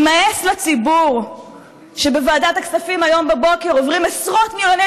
יימאס לציבור שבוועדת הכספים היום בבוקר עוברים עשרות מיליוני